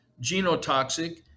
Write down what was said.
genotoxic